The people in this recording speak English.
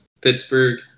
Pittsburgh